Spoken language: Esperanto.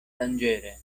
danĝere